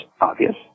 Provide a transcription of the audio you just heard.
obvious